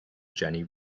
jenny